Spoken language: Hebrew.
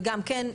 וגם כן,